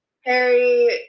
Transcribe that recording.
Harry